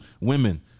Women